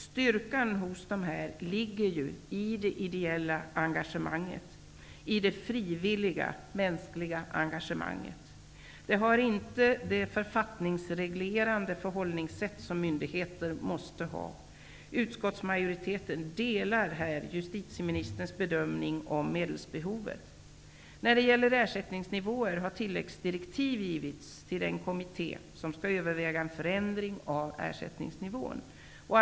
Styrkan hos de här ligger ju i det ideella engagemanget, i det frivilliga, mänskliga engagemanget. Brottsofferjourerna har inte det författningsreglerande förhållningssätt som myndigheter måste ha. Utskottsmajoriteten delar här justitieministerns bedömning beträffande medelsbehovet. Vidare har den kommitté som skall överväga en förändring av ersättningsnivån fått tilläggsdirektiv.